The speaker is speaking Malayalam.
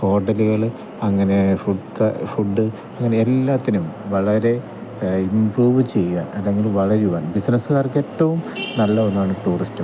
ഹോട്ടലുകൾ അങ്ങനെ ഫുഡുകൾ ഫുഡ് അങ്ങനെ എല്ലാത്തിനും വളരെ ഇമ്പ്രൂവ് ചെയ്യാൻ അല്ലെങ്കിൽ വളരുവാൻ ബിസിനസ്സുകാർക്ക് ഏറ്റവും നല്ല ഒന്നാണ് ടൂറിസ്റ്റ്